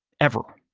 ever!